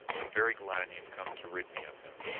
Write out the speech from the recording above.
i'm very glad you've come to rid me of him.